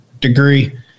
degree